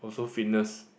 also fitness